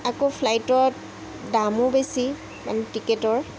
আকৌ ফ্লাইটত দামো বেছি মানে টিকেটৰ